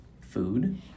food